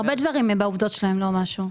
הרבה דברים בעובדות שלהם הם לא משהו.